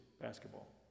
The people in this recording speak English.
basketball